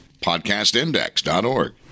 PodcastIndex.org